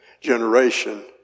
generation